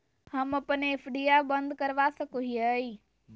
हम अप्पन एफ.डी आ बंद करवा सको हियै